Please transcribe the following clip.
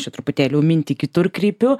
čia truputėlį jau mintį kitur kreipiu